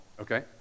Okay